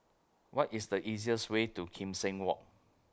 What IS The easiest Way to Kim Seng Walk